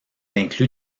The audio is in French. inclus